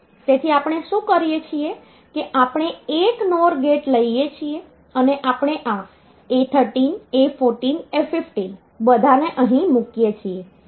તેથી આપણે શું કરીએ છીએ કે આપણે એક NOR ગેટ લઈએ છીએ અને આપણે આ A13 A14 A15 બધાને અહીં મુકીએ છીએ